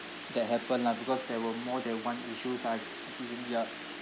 that happened lah because there were more than one issues ah happening ya